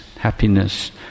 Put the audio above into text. happiness